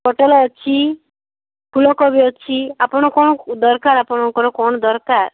ପୋଟଳ ଅଛି ଫୁଲକୋବି ଅଛି ଆପଣ କ'ଣ ଦରକାର ଆପଣଙ୍କର କ'ଣ ଦରକାର